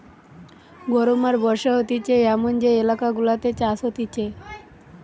গরম আর বর্ষা হতিছে এমন যে এলাকা গুলাতে চাষ হতিছে